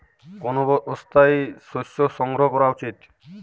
কোন অবস্থায় শস্য সংগ্রহ করা উচিৎ?